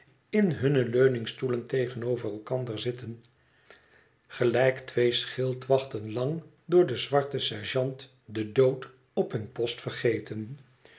in hunne leuningstoelen tegenover elkander zitten gelijk twee schildwachten lang door den zwarten sergeant de dood op hun post vergeten